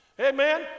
Amen